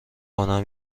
کنم